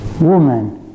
woman